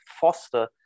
foster